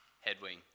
headwind